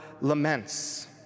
laments